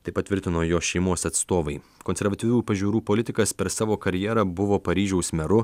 tai patvirtino jo šeimos atstovai konservatyvių pažiūrų politikas per savo karjerą buvo paryžiaus meru